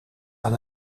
aan